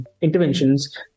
interventions